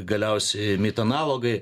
galiausiai mit analogai